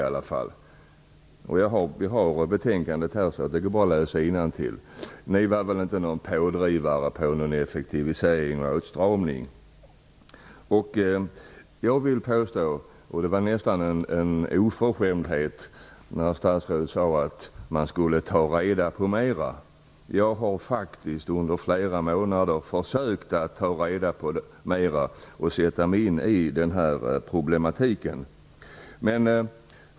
Det är bara att läsa innantill i betänkandet. Ni var inte pådrivande när det gällde effektivisering och åtstramning. Det var nästan en oförskämdhet när statsrådet sade att man skulle ta reda på mera. Jag har faktiskt under flera månader försökt att ta reda på mera och sätta mig in i den här problematiken.